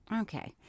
Okay